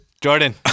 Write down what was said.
Jordan